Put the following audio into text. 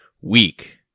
weak